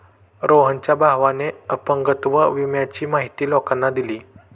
रोहनच्या भावाने अपंगत्व विम्याची माहिती लोकांना दिली